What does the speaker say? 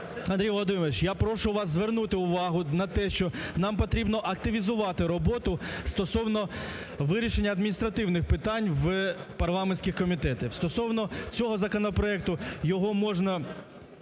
Андрій Володимирович, я прошу вас звернути увагу на те, що нам потрібно активізувати роботу стосовно вирішення адміністративних питань в парламентських комітетах. Стосовно цього законопроекту, його можна